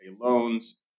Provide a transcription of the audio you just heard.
loans